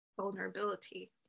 vulnerability